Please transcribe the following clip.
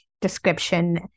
description